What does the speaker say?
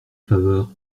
faveur